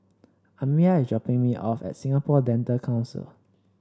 Amya is dropping me off at Singapore Dental Council